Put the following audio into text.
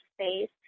space